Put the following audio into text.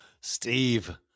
steve